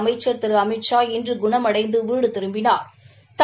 அமைச்சா் திரு அமித்ஷா இன்று குணமடைந்து வீடு திரும்பினாா்